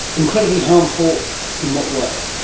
incredibly harmful in what way?